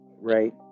Right